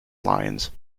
lyons